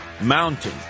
Mountain